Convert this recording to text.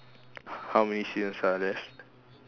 how many seasons are left